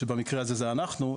שבמקרה הזה זה אנחנו,